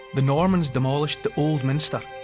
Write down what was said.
the normans demolished the old minster.